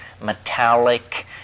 metallic